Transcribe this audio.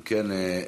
אם כן,